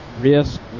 Risk